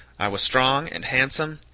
i was strong, and handsome,